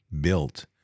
built